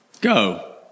go